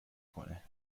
کنه